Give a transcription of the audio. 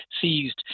seized